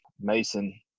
Mason